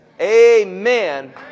amen